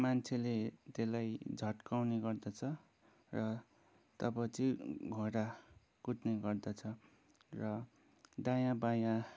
मान्छेले त्यसलाई झट्काउने गर्दछ र तब चाहिँ घोडा कुद्ने गर्दछ र दायाँ बायाँ